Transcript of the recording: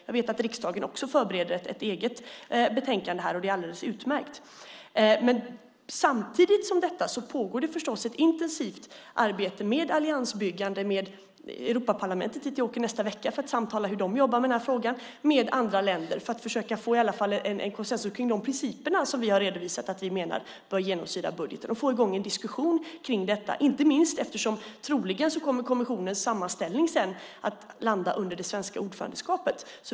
Jag vet också att riksdagen förbereder ett eget betänkande, vilket är alldeles utmärkt. Samtidigt pågår det förstås ett intensivt arbete för alliansbyggande med Europaparlamentet. Jag åker dit nästa vecka för att samtala med dem om hur de jobbar med den här frågan med andra länder för att åtminstone få konsensus kring de principer som vi redovisat och som vi menar bör genomsyra budgeten. Vi behöver få i gång en diskussion om detta, inte minst eftersom kommissionens sammanställning troligen kommer att hamna under det svenska ordförandeskapet.